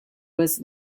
was